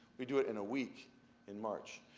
we do it in a week in march.